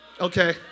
Okay